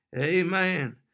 Amen